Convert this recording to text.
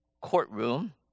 courtroom